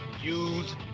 use